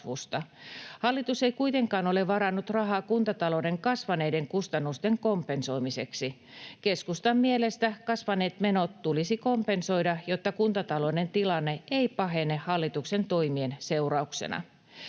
Hallitus ei kuitenkaan ole varannut rahaa kuntatalouden kasvaneiden kustannusten kompensoimiseksi. Keskustan mielestä kasvaneet menot tulisi kompensoida, jotta kuntatalouden tilanne ei pahene hallituksen toimien seurauksena.